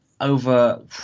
over